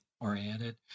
oriented